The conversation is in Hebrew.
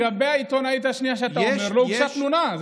לגבי העיתונאית השנייה שאתה אומר לא הוגשה תלונה.